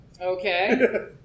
Okay